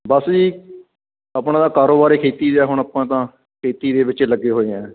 ਬਸ ਜੀ ਆਪਣਾ ਤਾਂ ਕਾਰੋਬਾਰ ਏ ਖੇਤੀ ਦਾ ਹੁਣ ਆਪਾਂ ਤਾਂ ਖੇਤੀ ਦੇ ਵਿੱਚ ਲੱਗੇ ਹੋਏ ਹਾਂ